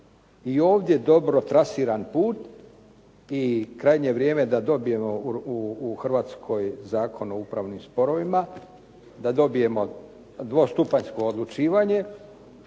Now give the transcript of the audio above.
i ovdje dobro trasiran put i krajnje je vrijeme da dobijemo u Hrvatskoj Zakon o upravnim sporovima, da dobijemo dvostupanjsko odlučivanje.